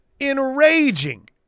Enraging